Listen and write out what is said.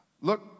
Look